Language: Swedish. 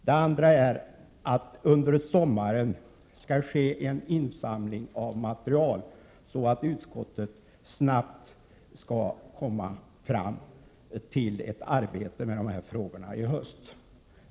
Det andra är att det under sommaren skall ske en insamling av material så att utskottet snabbt skall komma fram till ett arbete med dessa frågor i höst.